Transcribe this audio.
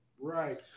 Right